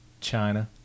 China